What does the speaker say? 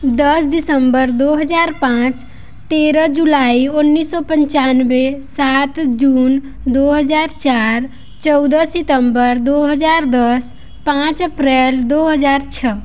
दस दिसंबर दो हज़ार पाँच तेरह जुलाई उन्नीस सौ पंचानवे सात जून दो हज़ार चार चौदह सितंबर दो हज़ार दस पाँच अप्रैल दो हज़ार छः